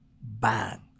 bang